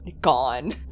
gone